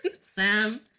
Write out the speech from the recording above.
Sam